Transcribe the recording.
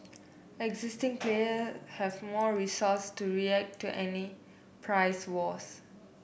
existing player have more resource to react to any price wars